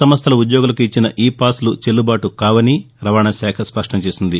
సంస్టల ఉద్యోగులకు ఇచ్చిన ఈ పాస్లు చెల్లుబాటుకావని రాష్ట రవాణా శాఖ స్పష్టం చేసింది